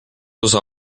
osa